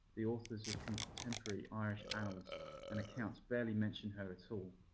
the authors of contemporary irish annals and accounts barely mention her at so